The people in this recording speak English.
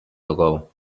ago